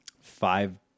five